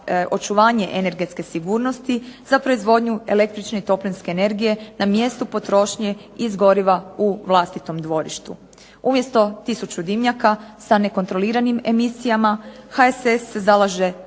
očuvanje energetske sigurnosti, za proizvodnju električne i toplinske energije na mjestu potrošnje iz goriva u vlastitom dvorištu. Umjesto tisuću dimnjaka sa nekontroliranim emisijama, HSS se zalaže